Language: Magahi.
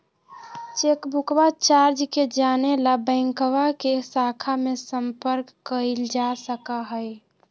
चेकबुकवा चार्ज के जाने ला बैंकवा के शाखा में संपर्क कइल जा सका हई